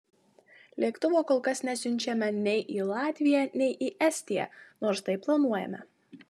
lėktuvo kol kas nesiunčiame nei į latviją nei į estiją nors tai planuojame